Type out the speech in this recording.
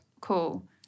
cool